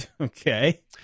Okay